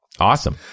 awesome